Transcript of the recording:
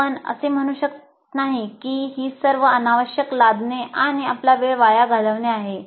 आपण असे म्हणू शकत नाही की ही सर्व अनावश्यक लादणे आणि आपला वेळ वाया घालवणे आहे